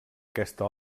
aquesta